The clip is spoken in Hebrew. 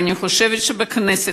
ואני חושבת שבכנסת,